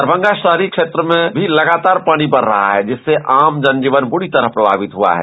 दरमंगा शहरी क्षेत्रों में भी लगातार पानी बढ़ रहा है जिससे आम जनजीवन बुरी तरह प्रमावित हुआ है